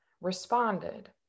responded